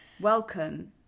Welcome